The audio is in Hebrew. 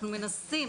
אנחנו מנסים